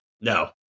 No